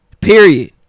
Period